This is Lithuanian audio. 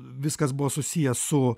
viskas buvo susiję su